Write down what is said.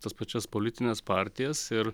tas pačias politines partijas ir